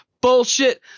Bullshit